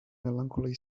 melancholy